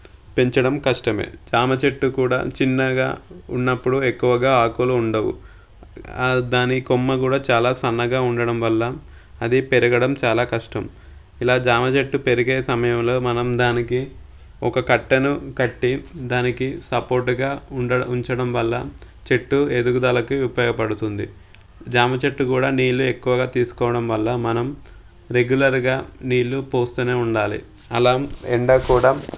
పెంచడం కష్టమే జామ చెట్టు కూడా చిన్నగా ఉన్నప్పుడు ఎక్కువగా ఆకులు ఉండవు దాని కొమ్మ కూడా చాలా సన్నగా ఉండడంవల్ల అది పెరగడం చాలా కష్టం ఇలా జామ చెట్టు పెరిగే సమయంలో మనం దానికి ఒక కట్టను కట్టి దానికి సపోర్టుగా ఉండడ ఉంచడం వల్ల చెట్టు ఎదుగుదలకు ఉపయోగపడుతుంది జామ చెట్టు కూడా నీళ్లు ఎక్కువగా తీసుకోవడం వల్ల మనం రెగ్యులర్గా నీళ్లు పోస్తూనే ఉండాలి అలా ఎండ కూడా